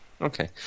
Okay